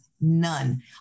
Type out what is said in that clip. none